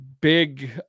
Big